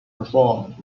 performed